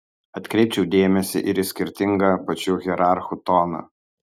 atkreipčiau dėmesį ir į skirtingą pačių hierarchų toną